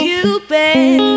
Cupid